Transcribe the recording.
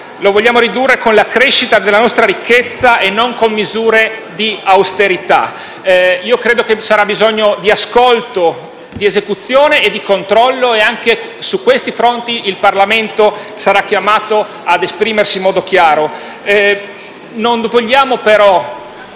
lo vogliamo ridurre con la crescita della nostra ricchezza e non con misure di austerità. Credo ci sia bisogno di ascolto, di esecuzione e di controllo e anche su questi fronti il Parlamento sarà chiamato ad esprimersi in modo chiaro.